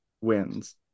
wins